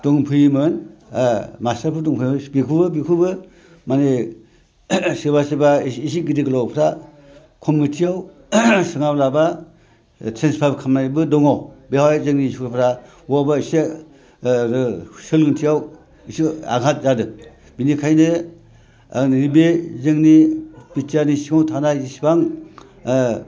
दंफैयोमोन मास्टारफोर बेखौबो बेखौबो माने सोरबा सोरबा एसे एसे गिदिर गोलावफ्रा कमिटियाव सोरनाबा ट्रेन्सफार खालामनायबो दङ बेवहाय जोंनि सरखारा बहाबा एसे सोलोंथियाव एसे आगाद जादों बेखायनो बे जोंनि बिटिआरनि सिङाव थानाय जेसेबां